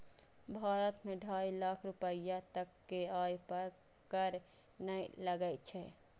भारत मे ढाइ लाख रुपैया तक के आय पर कर नै लागै छै